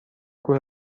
کوه